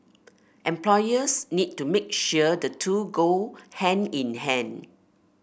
employers need to make sure the two go hand in hand